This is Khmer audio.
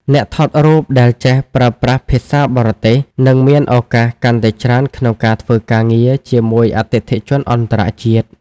អ្នកថតរូបដែលចេះប្រើប្រាស់ភាសាបរទេស នឹងមានឱកាសកាន់តែច្រើនក្នុងការធ្វើការងារជាមួយអតិថិជនអន្តរជាតិ។